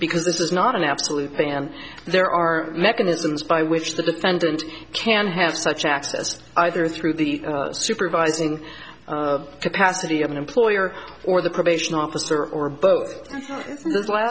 because this is not an absolute ban there are mechanisms by which the defendant can have such access either through the supervising capacity of an employer or the probation officer or both